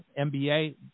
MBA